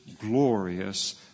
glorious